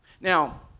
now